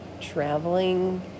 traveling